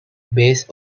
based